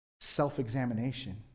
self-examination